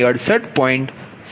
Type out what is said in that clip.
6007